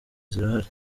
zirahari